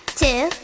two